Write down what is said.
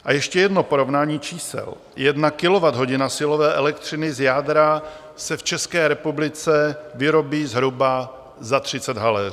A ještě jedno porovnání čísel: 1 kilowatthodina silové elektřiny z jádra se v České republice vyrobí zhruba za 30 haléřů.